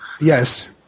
Yes